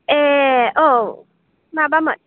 ए औ माबामोन